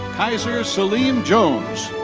kyzer salem jones.